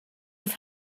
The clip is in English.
have